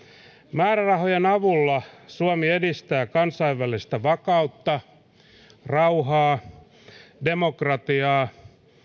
määrärahojen avulla suomi edistää kansainvälistä vakautta rauhaa demokratiaa